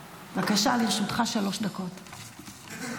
בבקשה, לרשותך שלוש דקות.